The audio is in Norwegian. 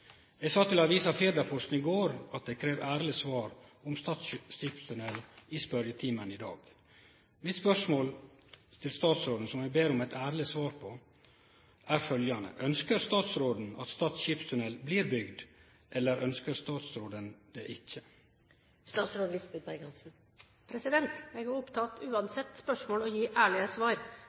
Eg sa til avisa Firdaposten i går at eg ville krevje eit ærleg svar om Stad skipstunnel i spørjetimen i dag. Mitt spørsmål til statsråden, som eg ber om eit ærleg svar på, er følgjande: Ønskjer statsråden at Stad skipstunnel blir bygd, eller ønskjer statsråden det ikkje? Jeg er uansett spørsmål opptatt av å gi ærlige svar.